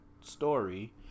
story